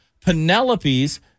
Penelope's